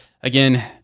again